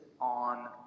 on